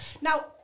Now